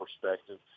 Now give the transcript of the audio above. perspective